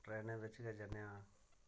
ट्रेनें बिच्च गै जन्ने आं